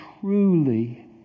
truly